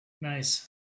Nice